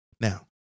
Now